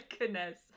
goodness